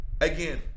Again